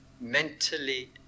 mentally